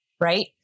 right